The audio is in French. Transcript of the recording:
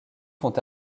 font